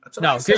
No